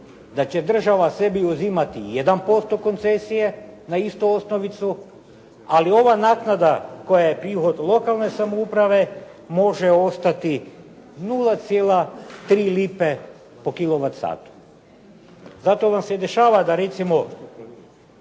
da će država sebi uzimati 1% koncesije na istu osnovicu, ali ova naknada koja je prihod lokalne samouprave može ostati 0,3 lipe po kilovat satu. Zato vam se dešava da